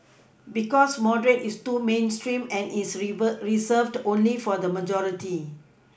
because moderate is too mainstream and is revered Reserved only for the majority